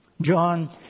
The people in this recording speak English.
John